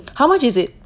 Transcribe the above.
how much is it